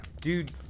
dude